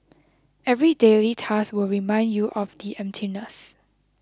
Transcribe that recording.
every daily task will remind you of the emptiness